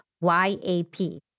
Y-A-P